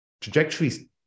trajectories